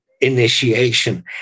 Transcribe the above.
initiation